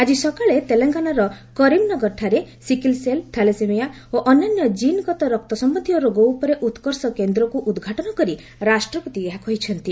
ଆଜି ସକାଳେ ତେଲେଙ୍ଗାନାର କରିମନଗରଠାରେ ସିକଲ ସେଲ୍ ଥାଲାସେମିଆ ଓ ଅନ୍ୟାନ୍ୟ ଜିନ୍ଗତ ରକ୍ତ ସମ୍ଭନ୍ଧୀୟ ରୋଗ ଉପରେ ଉତ୍କର୍ଷ କେନ୍ଦ୍ରକୁ ଉଦ୍ଘାଟନ କରି ରାଷ୍ଟ୍ରପତି ଏହା କହିଛନ୍ତି